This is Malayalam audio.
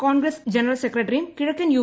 കോൺഗ്രസ്സ് ജനറൽ സെക്രട്ടറിയും കിഴക്കൻ യു